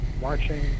marching